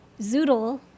zoodle